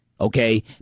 Okay